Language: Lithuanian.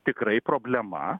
tikrai problema